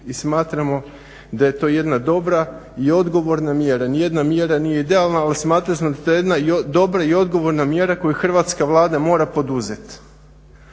i smatramo da je to jedna dobra i odgovorna mjera. Nijedna mjera nije idealna ali smatrali smo da je to jedna dobra i odgovorna mjera koju hrvatska Vlada mora poduzeti,